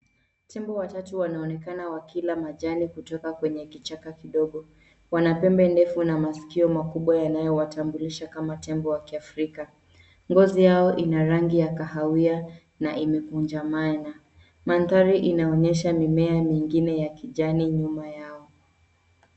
Tembo watatu wanaonekana wakila majani kutoka kwenye kichaka kidogo wanapembe ndefu na masikio makubwa yanayowatambulisha kama tembo wa kiafrika. Ngozi yao ina rangi ya kahawia na imekunjamana. Mandhari inaonyesha mimea mingine ya kijani nyuma yao.